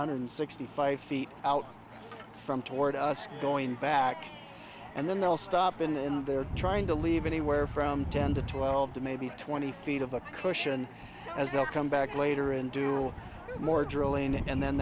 hundred sixty five feet out from toward us going back and then they'll stop in there trying to leave anywhere from ten to twelve to maybe twenty feet of the cushion as they'll come back later and do more drilling and then